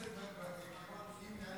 השאלה למה אתה